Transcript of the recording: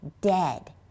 dead